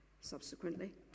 subsequently